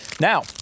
Now